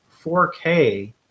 4k